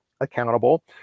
accountable